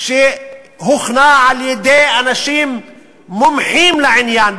שהוכנה על-ידי אנשים מומחים לעניין,